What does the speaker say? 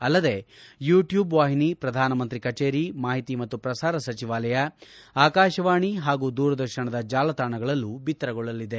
ಅಲ್ಲದೆ YouTube ವಾಹಿನಿ ಪ್ರಧಾನಮಂತ್ರಿ ಕಛೇರಿ ಮಾಹಿತಿ ಮತ್ತು ಪ್ರಸಾರ ಸಚಿವಾಲಯ ಆಕಾಶವಾಣಿ ಹಾಗೂ ದೂರದರ್ಶನದ ಜಾಲತಾಣಗಳಲ್ಲೂ ಬಿತ್ತರಗೊಳ್ಳಲಿದೆ